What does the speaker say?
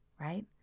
right